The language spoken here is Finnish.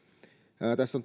tässä